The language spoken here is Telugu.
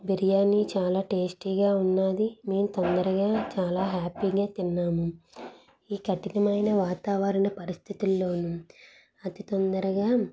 బిర్యానీ చాలా టేస్టీగా ఉన్నది మేము తొందరగా చాలా హ్యాపీనే తిన్నాము ఈ కటికమైన వాతావరణ పరిస్థితుల్లోనూ అతి తొందరగా